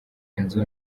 inzu